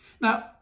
Now